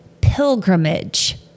pilgrimage